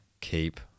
Keep